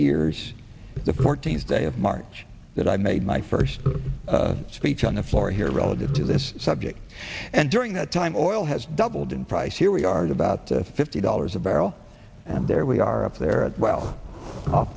years the fourteenth day of march that i made my first speech on the floor here relative to this subject and during that time or oil has doubled in price here we are about to fifty dollars a barrel and there we are up there at well off